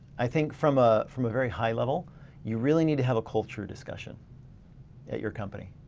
i think from a from a very high level you really need to have a culture discussion at your company.